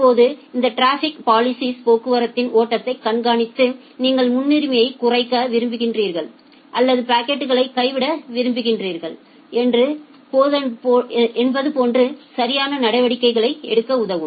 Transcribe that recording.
இப்போது இந்த traffic policies போக்குவரத்தின் ஓட்டத்தை கண்காணித்து நீங்கள் முன்னுரிமையை குறைக்க விரும்புகிறீர்களா அல்லது பாக்கெட்டுகளை கைவிட விரும்புகிறீர்களா என்பது போன்ற சரியான நடவடிக்கைகளை எடுக்க உதவும்